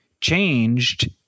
changed